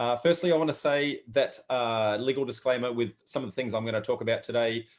um firstly, i want to say that ah like disclaimer with some things i'm going to talk about today.